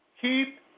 Keep